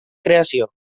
creació